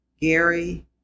Gary